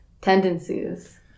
tendencies